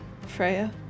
Freya